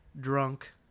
drunk